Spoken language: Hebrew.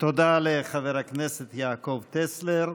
תודה לחבר הכנסת יעקב טסלר.